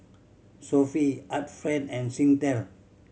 Sofy Art Friend and Singtel